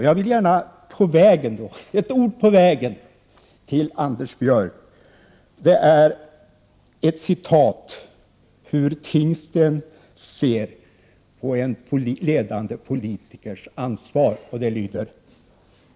Jag vill gärna ge Anders Björck ett par ord på vägen genom att citera hur Herbert Tingsten ser på en ledande politikers ansvar.